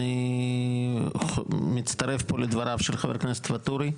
אני מצטרף פה לדבריו של חבר הכנסת ואטורי,